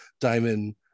diamond